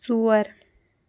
ژور